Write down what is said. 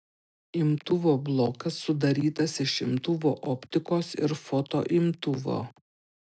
imtuvo blokas sudarytas iš imtuvo optikos ir fotoimtuvo